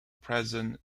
present